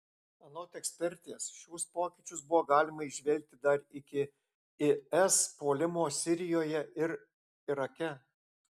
anot ekspertės šiuos pokyčius buvo galima įžvelgti dar iki is puolimo sirijoje ir irake